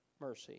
mercy